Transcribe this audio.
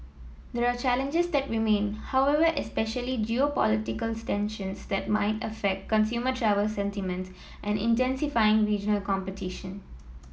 there are challenges that remain however especially geopolitical tensions that might affect consumer travel sentiments and intensifying regional competition